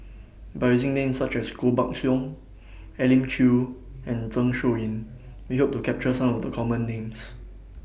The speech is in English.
By using Names such as Koh Buck Song Elim Chew and Zeng Shouyin We Hope to capture Some of The Common Names